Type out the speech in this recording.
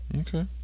Okay